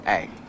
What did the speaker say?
Hey